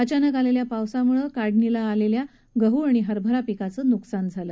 अचानक आलेल्या या पावसामुळे काढणीला आलेल्या गह हरभरा पिकाचे नुकसान झालं